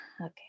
Okay